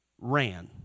ran